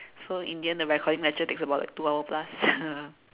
so in the end the recording lecture takes about like two hour plus